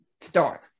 start